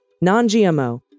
non-GMO